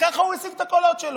שככה הוא השיג את הקולות שלו.